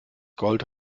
gold